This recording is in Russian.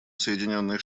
соединенные